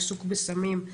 עיסוק בסמים,